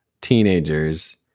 teenagers